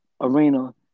arena